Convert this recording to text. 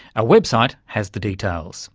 our website has the details.